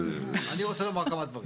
אני רוצה לומר כמה דברים.